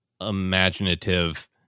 imaginative